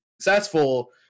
successful